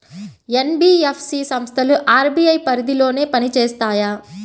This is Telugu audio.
ఎన్.బీ.ఎఫ్.సి సంస్థలు అర్.బీ.ఐ పరిధిలోనే పని చేస్తాయా?